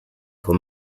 for